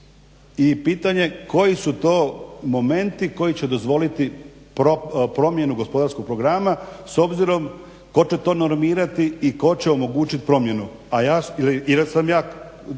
I pitanje koji su to momenti koji će dozvoliti promjenu gospodarskog programa s obzirom tko će to normirati i ko će omogućiti promjenu, ili sam ja